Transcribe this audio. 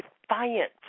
defiance